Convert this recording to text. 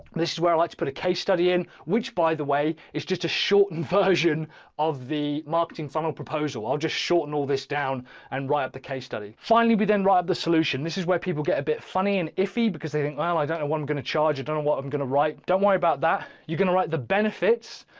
this is where i like to put a case study in which by the way is just a shortened version of the marketing funnel proposal i'll just shorten all this down and write up the case study. finally, we then write the solution. this is where people get a bit funny and iffy, because they think well, i don't know what i'm going to charge it. and what i'm going to write, don't worry about that. you're going to write the benefits,